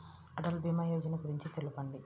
అటల్ భీమా యోజన గురించి తెలుపండి?